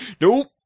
Nope